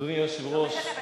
אדוני היושב-ראש,